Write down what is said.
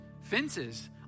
fences